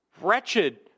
wretched